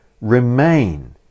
remain